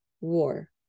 war